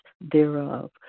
thereof